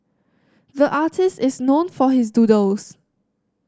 the artist is known for his doodles